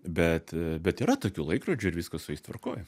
bet bet yra tokių laikrodžių ir viskas su jais tvarkoj